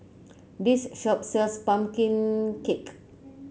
this shop sells pumpkin cake